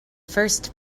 first